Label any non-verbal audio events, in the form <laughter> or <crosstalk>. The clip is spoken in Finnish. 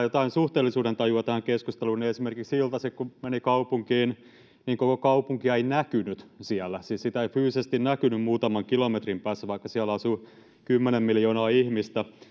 <unintelligible> jotain suhteellisuudentajua tähän keskusteluun niin esimerkiksi iltaisin kun meni kaupunkiin koko kaupunkia ei näkynyt siellä siis sitä ei fyysisesti näkynyt muutaman kilometrin päässä vaikka siellä asuu kymmenen miljoonaa ihmistä